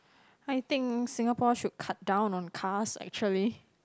I think Singapore should cut down on cars actually